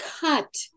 cut